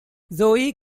zoe